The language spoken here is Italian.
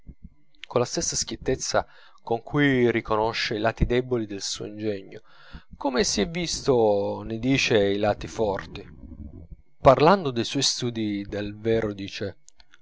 schietto colla stessa schiettezza con cui riconosce i lati deboli del suo ingegno come si è visto ne dice i lati forti parlando dei suoi studi dal vero dice